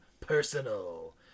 personal